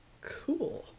Cool